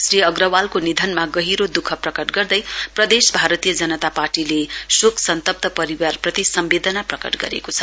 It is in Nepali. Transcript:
श्री अग्रवालको निधनमा गहिरो द्ःख प्रकट गर्दै प्रदेश भारतीय जनता पार्टीले शोक सन्तप्त परिवारप्रति सम्वेदना प्रकट गरेको छ